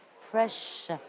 fresh